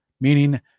Meaning